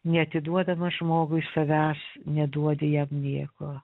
neatiduodamas žmogui savęs neduodi jam nieko